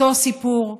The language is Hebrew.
אותו סיפור.